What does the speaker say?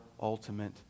ultimate